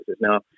Now